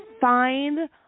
find